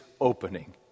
opening